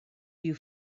you